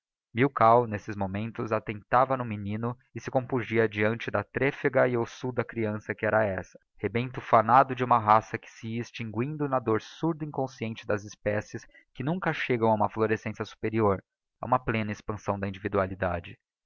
arquejante milkau n'esses momentos attentava no menino e se compungia deante da trefega e ossuda creança que era essa rebento fanado de uma raça que se ia extinguindo na dôr surda e inconsciente das espécies que nunca chegam a uma florescência superior a uma plena expansão da individualidade